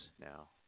now